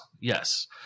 yes